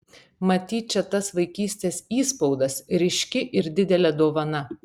matyt čia tas vaikystės įspaudas ryški ir didelė dovana